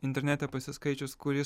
internete pasiskaičius kuris